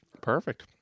Perfect